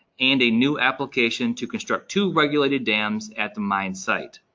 and a new application to construct two regulated dams at the mine site.